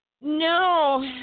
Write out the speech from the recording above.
No